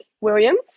williams